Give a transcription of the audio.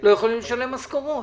לא יכולים לשלם משכורות.